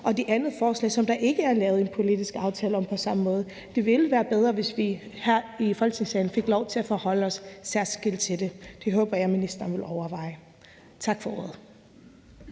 til det andet forslag, som der ikke er lavet en politisk aftale om på samme måde. Det ville være bedre, hvis vi her i Folketingssalen fik lov til at forholde os særskilt til det. Det håber jeg at ministeren vil overveje. Tak for ordet.